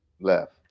Left